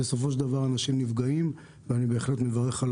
בסופו של דבר אנשים נפגעים ואני בהחלט מברך על